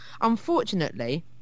Unfortunately